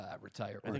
retire